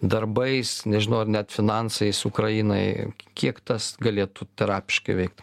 darbais nežinau ar net finansais ukrainai kiek tas galėtų terapiškai veikt